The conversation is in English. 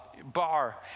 bar